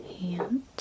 hand